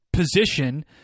Position